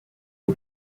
une